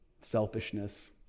selfishness